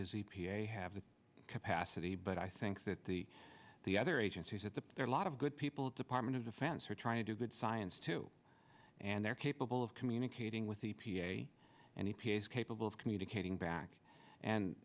does e p a have the capacity but i think that the the other agencies that the there are a lot of good people department of defense are trying to do good science too and they're capable of communicating with e p a and a p s capable of communicating back and